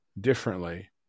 differently